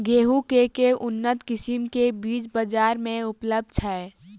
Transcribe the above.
गेंहूँ केँ के उन्नत किसिम केँ बीज बजार मे उपलब्ध छैय?